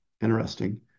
Interesting